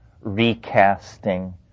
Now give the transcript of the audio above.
recasting